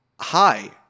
Hi